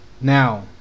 now